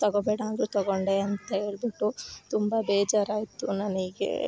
ತಗೋಬೇಡ ಅಂದರು ತಗೊಂಡೆ ಅಂತ ಹೇಳ್ಬಿಟ್ಟು ತುಂಬ ಬೇಜಾರಾಯಿತು ನನಗೆ